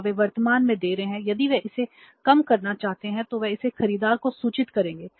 या वे वर्तमान में दे रहे हैं यदि वे इसे कम करना चाहते हैं तो वे इसे खरीदार को सूचित करेंगे